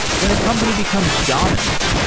when a company becomes dominant,